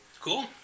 Cool